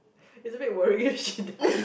it is a bit worry she die